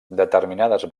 determinades